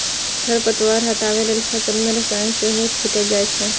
खरपतवार हटबै लेल फसल मे रसायन सेहो छीटल जाए छै